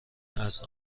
است